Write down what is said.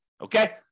Okay